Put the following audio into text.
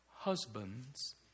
Husbands